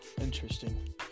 Interesting